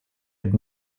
had